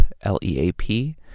L-E-A-P